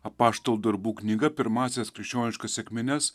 apaštalų darbų knyga pirmąsias krikščioniškas sekmines